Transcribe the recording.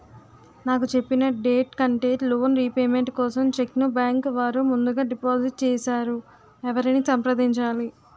నాకు చెప్పిన డేట్ కంటే లోన్ రీపేమెంట్ కోసం చెక్ ను బ్యాంకు వారు ముందుగా డిపాజిట్ చేసారు ఎవరిని సంప్రదించాలి?